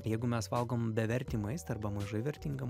jeigu mes valgom bevertį maistą arba mažai vertingą